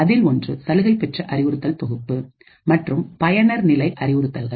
அதில் ஒன்று சலுகை பெற்ற அறிவுறுத்தல் தொகுப்பு மற்றும் பயனர் நிலை அறிவுறுத்தல்கள்